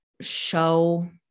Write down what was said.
show